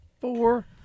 Four